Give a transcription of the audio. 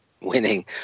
winning